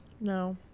No